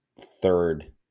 third